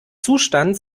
zustand